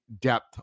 depth